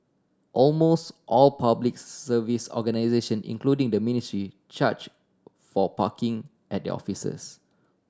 almost all Public Service organisation including the ministry charge for parking at their offices